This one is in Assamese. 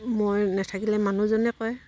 মই নেথাকিলে মানুহজনে কয়